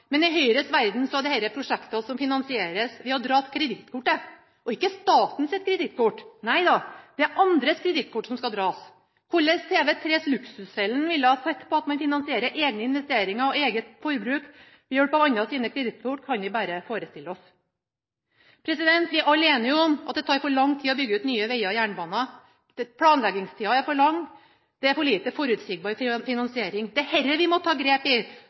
men i Høyres verden er dette prosjekter som finansieres ved å dra kredittkortet – og ikke statens kredittkort, nei da, det er andres kredittkort som skal dras. Hvordan TV3s Luksusfellen ville ha sett på at man finansierer egne investeringer og eget forbruk ved hjelp av andres kredittkort, kan vi bare forestille oss. Vi er alle enige i at det tar for lang tid å bygge ut nye veger og jernbaner. Planleggingstiden er for lang, og det er for lite forutsigbar finansiering. Det er dette vi må ta grep i